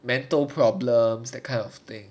mental problems that kind of thing